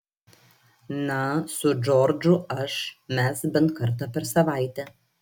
na su džordžu aš mes bent kartą per savaitę